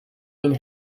ihnen